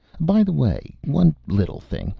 by the way. one little thing.